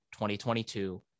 2022